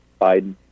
Biden